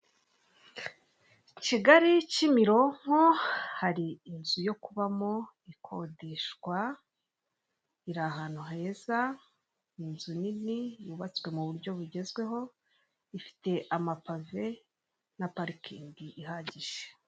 Kigali, Kimironko hari inzu yo kubamo ikodeshwa, iri ahantu heza, ni inzu nini yubatswe mu buryo bugezweho, ifite amapave na parikingi ihagije.